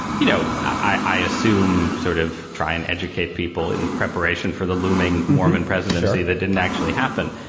you know, i assume sort of try and educate people in preparation for the looming mormon presidency. that didn't actually happen.